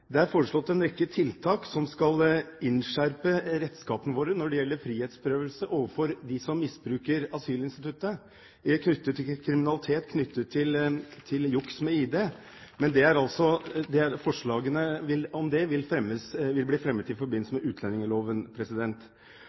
Det er foreslått en rekke tiltak som skal innskjerpe redskapene våre når det gjelder frihetsberøvelse for dem som misbruker asylinstituttet til kriminalitet og til juks med ID. Forslagene om dette vil bli fremmet i forbindelse med